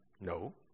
No